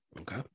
Okay